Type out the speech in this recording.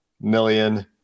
million